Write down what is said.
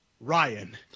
Ryan